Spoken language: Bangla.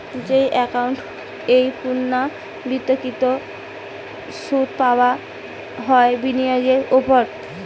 যেই একাউন্ট এ পূর্ণ্যাবৃত্তকৃত সুধ পাবা হয় বিনিয়োগের ওপর